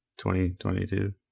2022